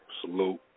Salute